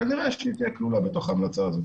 כנראה שהיא תהיה כלולה בתוך ההמלצה הזאת.